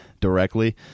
directly